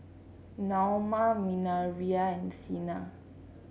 Naoma Minervia and Sina